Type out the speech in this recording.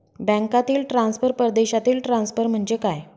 बँकांतील ट्रान्सफर, परदेशातील ट्रान्सफर म्हणजे काय?